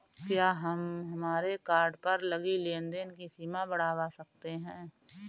क्या हम हमारे कार्ड पर लगी लेन देन की सीमा बढ़ावा सकते हैं?